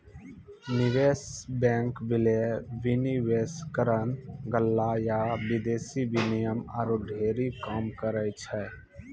निवेश बैंक, विलय, विनिवेशकरण, गल्ला या विदेशी विनिमय आरु ढेरी काम करै छै